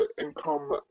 income